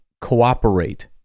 cooperate